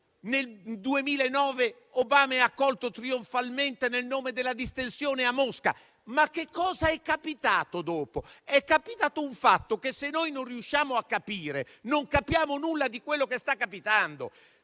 nel 2009 Obama è accolto trionfalmente nel nome della distensione a Mosca. Cosa è capitato dopo? È capitato un fatto tale che, se non riusciamo a capirlo, non capiamo nulla di quanto sta succedendo.